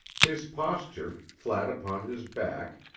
his posture flat upon his back,